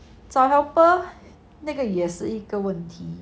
找 helper 那个也是一个问题